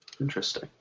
Interesting